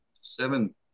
seven